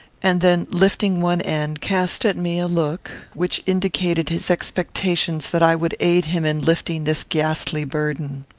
and then, lifting one end, cast at me a look which indicated his expectations that i would aid him in lifting this ghastly burden.